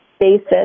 basis